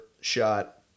shot